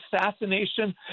assassination